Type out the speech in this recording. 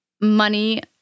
Money